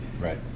Right